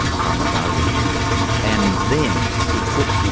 and farmers are regions and then to put,